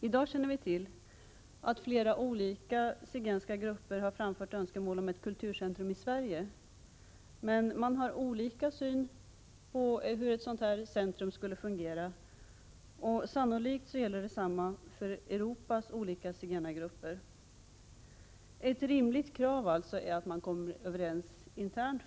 I dag känner vi till att flera olika zigenska grupper har framfört önskemål om ett kulturcentrum i Sverige, men olika grupper har olika syn på hur ett sådant centrum skall fungera. Sannolikt gäller detsamma Europas olika zigenargrupper. Ett rimligt krav är att man först kommer överens internt.